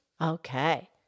Okay